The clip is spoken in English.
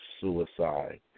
suicide